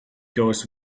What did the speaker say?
goes